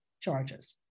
charges